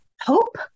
hope